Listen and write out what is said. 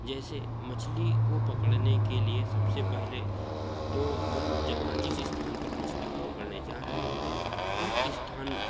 जैसे मछली को पकड़ने के लिए सबसे पहले तो हम जहाँ जिस स्थान पर मछली को पकड़ने जा रहे हैं उस स्थान